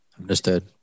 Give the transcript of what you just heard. understood